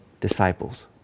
disciples